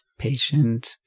patient